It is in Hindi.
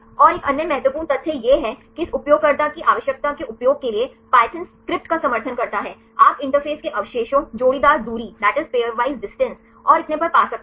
और एक अन्य महत्वपूर्ण तथ्य यह है कि इस उपयोगकर्ता की आवश्यकता के उपयोग के लिए पाइथन स्क्रिप्ट का समर्थन करता है आप इंटरफ़ेस के अवशेषों जोड़ीदार दूरी और इतने पर पा सकते हैं